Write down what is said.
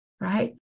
right